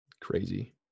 Crazy